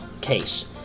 case